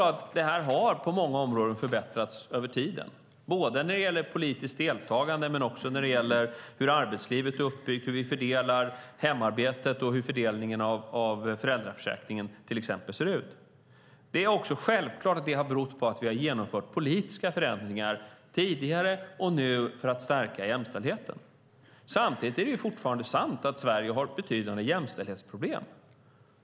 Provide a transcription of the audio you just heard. Detta har på många områden förbättrats över tiden, både när det gäller politiskt deltagande och när det gäller hur arbetslivet är uppbyggt, hur vi fördelar hemarbetet och hur fördelningen av föräldraförsäkringen ser ut. Det är också självklart att det har berott på att vi har genomfört politiska förändringar tidigare och nu för att stärka jämställdheten. Samtidigt är det fortfarande sant att Sverige har ett betydande jämställdhetsproblem.